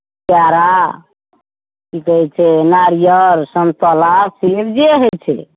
केरा की कहैत छै नारियल सन्तोला सेब जे होइत छै